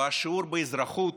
והשיעור באזרחות